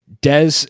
Des